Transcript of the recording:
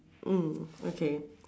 mm okay